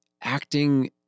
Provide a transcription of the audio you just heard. acting